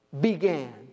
began